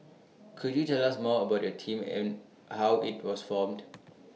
could you tell us more about your team and how IT was formed